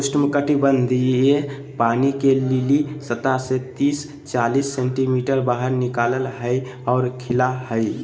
उष्णकटिबंधीय पानी के लिली सतह से तिस चालीस सेंटीमीटर बाहर निकला हइ और खिला हइ